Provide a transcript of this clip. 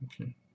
okay